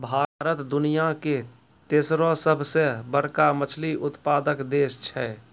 भारत दुनिया के तेसरो सभ से बड़का मछली उत्पादक देश छै